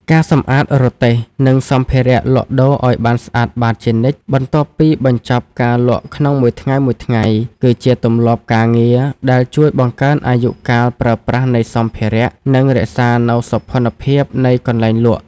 ការសម្អាតរទេះ និងសម្ភារៈលក់ដូរឱ្យបានស្អាតបាតជានិច្ច បន្ទាប់ពីបញ្ចប់ការលក់ក្នុងមួយថ្ងៃៗ គឺជាទម្លាប់ការងារដែលជួយបង្កើនអាយុកាលប្រើប្រាស់នៃសម្ភារៈ និងរក្សានូវសោភ័ណភាពនៃកន្លែងលក់។